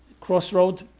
crossroad